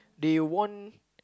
they won